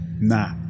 Nah